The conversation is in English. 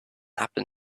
happen